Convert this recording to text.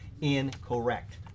Incorrect